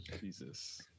Jesus